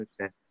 okay